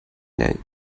note